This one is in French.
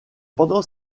pendant